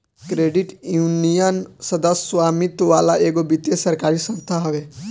credit union, सदस्य स्वामित्व वाला एगो वित्तीय सरकारी संस्था हवे